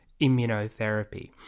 immunotherapy